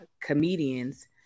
comedians